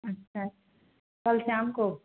अच्छा कल शाम को